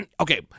okay